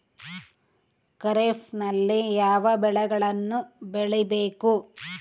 ಖಾರೇಫ್ ನಲ್ಲಿ ಯಾವ ಬೆಳೆಗಳನ್ನು ಬೆಳಿಬೇಕು?